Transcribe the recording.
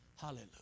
hallelujah